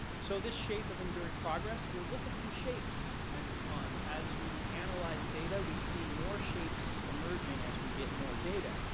so this shape of enduring progress, well look at some shapes. and um as we analyze data, we see more shapes emerging as we get more data.